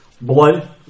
blood